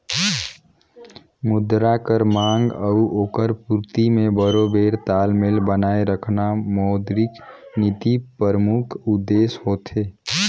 मुद्रा कर मांग अउ ओकर पूरती में बरोबेर तालमेल बनाए रखना मौद्रिक नीति परमुख उद्देस होथे